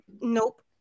Nope